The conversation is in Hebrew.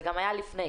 זה גם היה לפני,